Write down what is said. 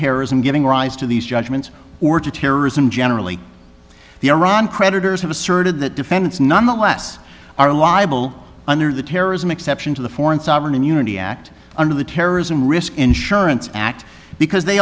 terrorism giving rise to these judgments or to terrorism generally the iran creditors have asserted that defendants nonetheless are liable under the terrorism exception to the foreign sovereign immunity act under the terrorism risk insurance act because they